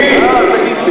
עם מי?